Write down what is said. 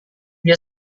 dia